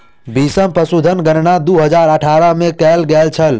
बीसम पशुधन गणना दू हजार अठारह में कएल गेल छल